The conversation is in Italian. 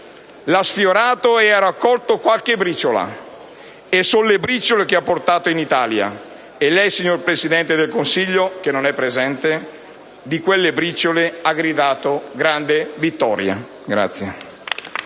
ha sfiorato e ha raccolto qualche briciola. Sono le briciole quelle che ha portato in Italia! E lei, signor Presidente del Consiglio che non è presente, per quelle briciole ha gridato grande vittoria!